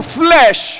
flesh